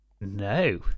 no